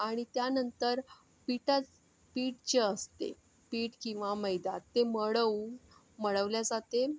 आणि त्यानंतर पीठा पीठ जे असते पीठ किंवा मैदा ते मडवून मळवल्या जाते